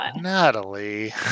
Natalie